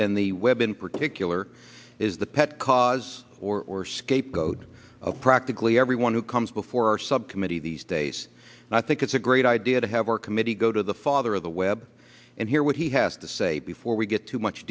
and the web in particular is the pet cause or or scapegoat of practically everyone who comes before our subcommittee these days i think it's a great idea to have our committee go to the father of the web and hear what he has to say before we get too much